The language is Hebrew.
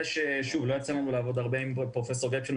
לא יצא לנו לעבוד הרבה עם פרופסור גפשטיין,